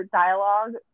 dialogue